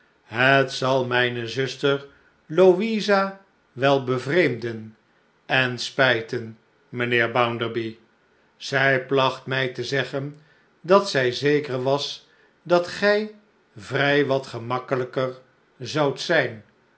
het zal mijne zuster louisa wel bevreemden en spijten mijn heer bounderby zij placht mij te zeggen dat zij zeker was dat gij vrij wat gemakkelijker zoudt zijn